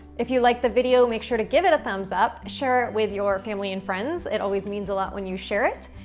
if you like the video, make sure to give it a thumbs up. share it with your family and friends. it always means a lot when you share it.